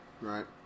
Right